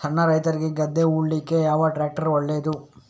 ಸಣ್ಣ ರೈತ್ರಿಗೆ ಗದ್ದೆ ಉಳ್ಳಿಕೆ ಯಾವ ಟ್ರ್ಯಾಕ್ಟರ್ ಒಳ್ಳೆದು?